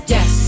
Yes